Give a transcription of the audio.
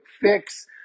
fix